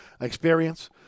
experience